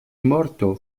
morto